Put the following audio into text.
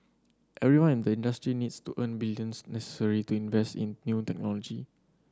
everyone in the industry needs to earn the billions necessary to invest in new technology